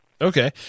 Okay